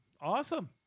awesome